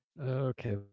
Okay